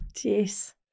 Yes